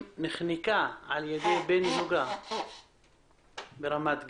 נחנקה על ידי בן זוגה ברמת גן.